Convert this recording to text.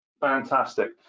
Fantastic